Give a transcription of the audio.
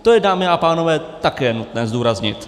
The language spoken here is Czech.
To je, dámy a pánové, také nutné zdůraznit.